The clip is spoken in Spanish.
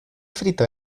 frito